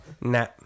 Nah